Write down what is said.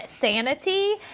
sanity